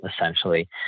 essentially